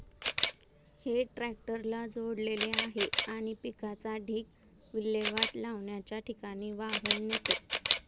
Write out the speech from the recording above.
हे ट्रॅक्टरला जोडलेले आहे आणि पिकाचा ढीग विल्हेवाट लावण्याच्या ठिकाणी वाहून नेतो